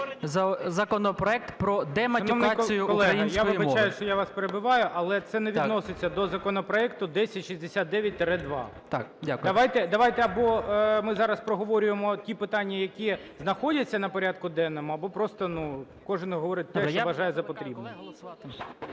законопроект про дематюкацію української мови. ГОЛОВУЮЧИЙ. Шановний колего, я вибачаюсь, що я вас перебиваю. Але це не відноситься до законопроекту 1069-2. ЖУПАНИН А.В. Так, дякую. ГОЛОВУЮЧИЙ. Давайте, або ми зараз проговорюємо ті питання, які знаходяться на порядку денному, або просто, ну, кожен говорить те, що бажає за потрібне.